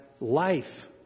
life